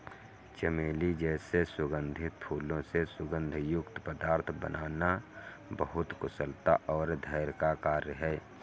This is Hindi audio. चमेली जैसे सुगंधित फूलों से सुगंध युक्त पदार्थ बनाना बहुत कुशलता और धैर्य का कार्य है